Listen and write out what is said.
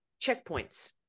checkpoints